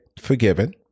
forgiven